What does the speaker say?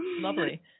lovely